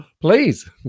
Please